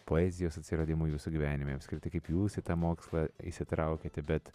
poezijos atsiradimo jūsų gyvenime apskritai kaip jūs į tą mokslą įsitraukėte bet